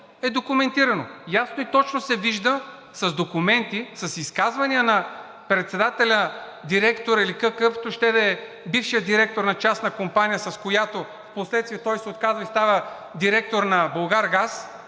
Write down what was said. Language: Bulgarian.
е документирано. Ясно и точно се вижда с документи, с изказвания на председателя, директора или какъвто ще да е бившият директор на частна компания, от която впоследствие той се отказва и става директор на „Булгаргаз“